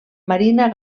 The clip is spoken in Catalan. marina